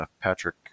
Patrick